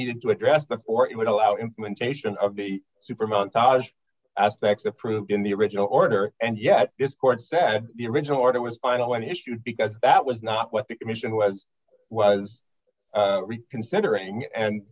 needed to address before it would allow implementation of the super montage aspects approved in the original order and yet this court said the original order was a final one issue because that was not what the commission was was ringback considering and